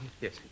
Yes